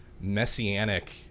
messianic